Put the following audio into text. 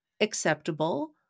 acceptable